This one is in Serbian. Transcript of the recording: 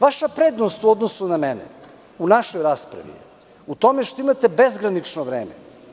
Vaša prednost u odnosu na mene u našoj raspravi je u tome što imate bezgranično vreme.